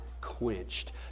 quenched